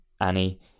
Annie